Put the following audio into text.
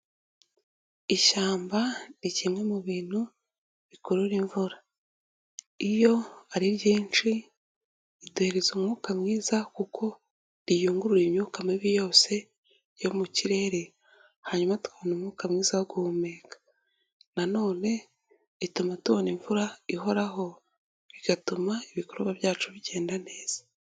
Ishyamba ni kimwe mu bintu bikurura imvura, iyo ari ryinshi, iduhereza umwuka mwiza kuko riyunguruye imyuka mibi yose yo mu kirere, hanyuma tukabona umwuka mwiza wo guhumeka, nanone ituma tubona imvura ihoraho, bigatuma ibikorwa byacu bigenda neza.